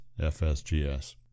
FSGS